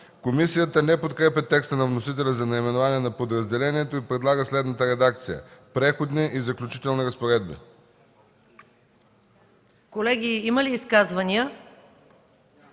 Комисията не подкрепя текста на вносителя за наименование на подразделението и предлага следната редакция: „Преходни и заключителни разпоредби”.